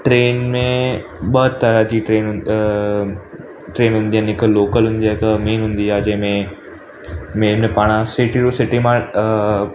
train में ॿ तरह जी ट्रेन अ ट्रेन हूंदी आहे हिकु लोकल हूंदी आहे हिकु मेन हूंदी आहे जंहिंमें मेन में पाण सिटी टू सिटी मां